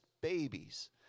babies